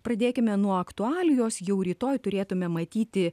pradėkime nuo aktualijos jau rytoj turėtume matyti